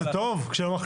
זה טוב כשלא מחליטים?